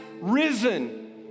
risen